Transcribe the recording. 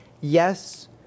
yes